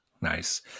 Nice